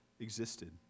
existed